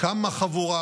קמה חבורה